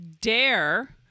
dare